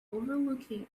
overlooking